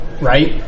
right